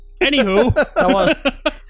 Anywho